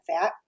fat